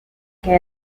que